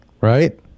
right